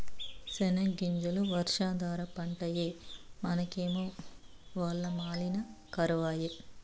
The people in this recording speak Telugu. సెనగ్గింజలు వర్షాధార పంటాయె మనకేమో వల్ల మాలిన కరవాయె